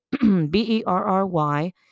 B-E-R-R-Y